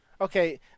Okay